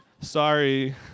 Sorry